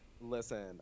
Listen